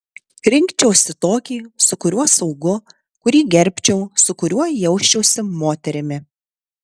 rinkčiausi tokį su kuriuo saugu kurį gerbčiau su kuriuo jausčiausi moterimi